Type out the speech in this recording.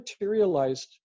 materialized